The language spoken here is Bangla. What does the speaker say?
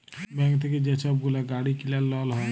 ব্যাংক থ্যাইকে যে ছব গুলা গাড়ি কিলার লল হ্যয়